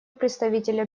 представителя